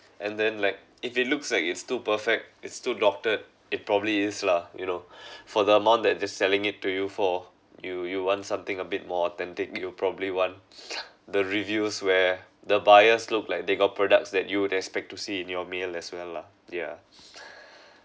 and then like if it looks like it's too perfect it's too doctored it probably is lah you know for the amount that just selling it to you for you you want something a bit more authentic you'll probably want the reviews where the buyers look like they got products that you would expect to see in your mail as well lah yeah